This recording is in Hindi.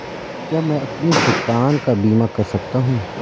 क्या मैं अपनी दुकान का बीमा कर सकता हूँ?